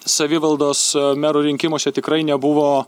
savivaldos merų rinkimuose tikrai nebuvo